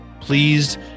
pleased